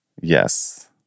Yes